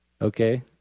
Okay